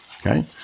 okay